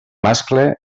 mascle